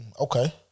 Okay